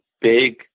big